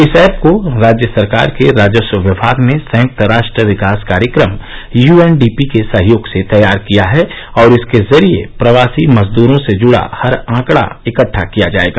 इस ऐप को राज्य सरकार के राजस्व विभाग ने संयक्त राष्ट्र विकास कार्यक्रम यूएनडीपी के सहयोग से तैयार किया है और इसके जरिए प्रवासी मजदूरों से जुडा हर आंकडा इकहा किया जाएगा